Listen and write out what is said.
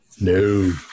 No